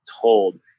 Told